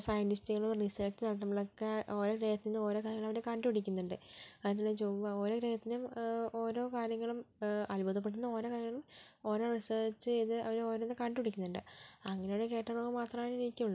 സൈന്റിസ്റ്റുകൾ research നടത്തുമ്പോളൊക്കെ ഓരോ ഗ്രഹത്തിൽ നിന്ന് ഓരോ കാര്യങ്ങൾ അവർ കണ്ട് പിടിക്കുന്നുണ്ട് അതിൽ ചൊവ്വ ഓരോ ഗ്രഹത്തിനും ഓരോ കാര്യങ്ങളും അനുഭവപ്പെടുന്ന ഓരോ കാര്യങ്ങളും ഓരോ റിസർച്ച് ചെയ്തു അവർ ഓരോന്ന് കണ്ടു പിടിക്കുന്നുണ്ട് അങ്ങനെ ഉള്ള കേട്ട് അറിവ് മാത്രമേ എനിക്ക് ഉള്ളൂ